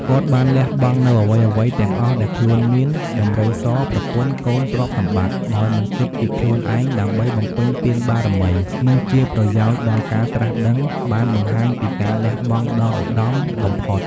គាត់បានលះបង់នូវអ្វីៗទាំងអស់ដែលខ្លួនមាន ដំរីស ប្រពន្ធ កូន ទ្រព្យសម្បត្តិ ដោយមិនគិតពីខ្លួនឯង ដើម្បីបំពេញទានបារមី និងជាប្រយោជន៍ដល់ការត្រាស់ដឹង បានបង្ហាញពីការលះបង់ដ៏ឧត្តមបំផុត។